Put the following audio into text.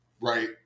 right